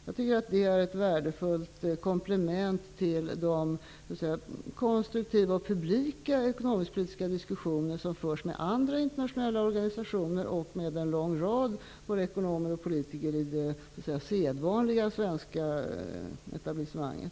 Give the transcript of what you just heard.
Jag tycker att det är ett värdefullt komplement till de konstruktiva och publika ekonomisk-politiska diskussioner som förs med andra internationella organisationer och med en lång rad både ekonomer och politiker i det sedvanliga svenska etablissemanget.